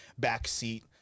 backseat